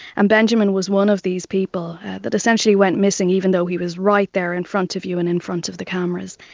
and benjamin was one of these people that essentially went missing, even though he was right there in front of you and in front of the cameras.